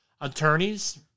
Attorneys